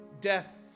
death